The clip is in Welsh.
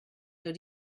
dod